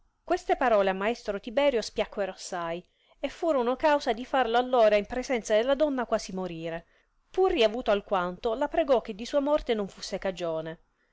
queste parole a maestro tiberio spiacquero assai e furono causa di farlo allora in presenza della donna quasi morire pur riavuto alquanto la pregò che di sua morte non fusse cagione